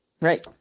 Right